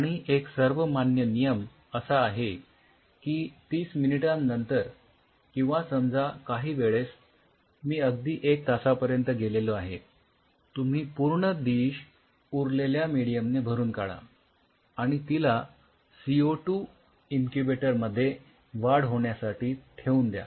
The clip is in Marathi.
आणि एक सर्वमान्य नियम असा आहे की ३० मिनिटांनंतर किंवा समजा काहीवेळेस मी अगदी एक तासापर्यंत गेलेलो आहे तुम्ही पूर्ण डिश उरलेल्या मेडीयम ने भरून काढा आणि तिला सी ओ टू इन्क्युबेटर मध्ये वाढ होण्यासाठी ठेवून द्या